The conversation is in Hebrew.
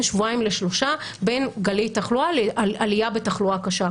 שבועיים לשלושה בין גלי תחלואה לעלייה בתחלואה קשה.